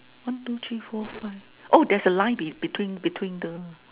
one two three four five oh there's a line be between between the